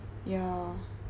yeah